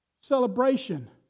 celebration